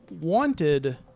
wanted